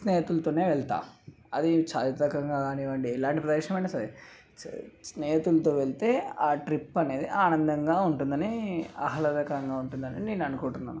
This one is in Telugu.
స్నేహితులతోనే వెళ్తా అది చారిత్రకంగా కానివ్వండి ఎలాంటి ప్రదేశమైనా సరే స్నేహితులతో వెళ్తే ఆ ట్రిప్ అనేది ఆనందంగా ఉంటుందని ఆహ్లాదకరంగా ఉంటుందని నేను అనుకుంటున్నాను